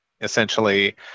essentially